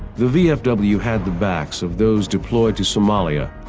the vfw had the backs of those deployed to somalia,